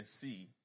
see